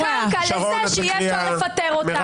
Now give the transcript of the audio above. הכנת הקרקע לזה שיהיה אפשר לפטר אותה.